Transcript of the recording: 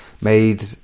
made